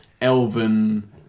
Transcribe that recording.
Elven